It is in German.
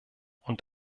und